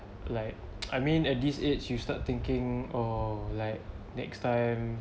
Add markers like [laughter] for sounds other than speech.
like [noise] I mean at this age you start thinking orh like next time